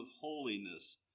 holiness